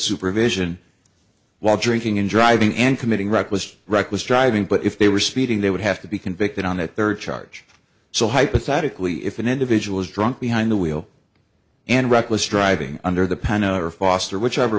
supervision while drinking and driving and committing wrecked was reckless driving but if they were speeding they would have to be convicted on that their charge so hypothetically if an individual is drunk behind the wheel and reckless driving under the pan over foster whichever